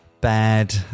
bad